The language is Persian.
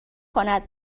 کند